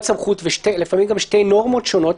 סמכות ולפעמים גם שתי נורמות שונות,